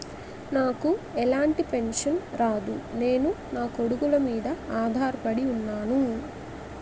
నాకు ఎలాంటి పెన్షన్ రాదు నేను నాకొడుకుల మీద ఆధార్ పడి ఉన్నాను